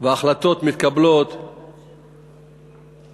וההחלטות מתקבלות ככה,